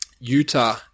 Utah